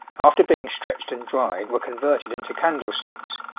after being stretched and dried, were converted into candlesticks.